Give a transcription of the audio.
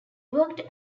worked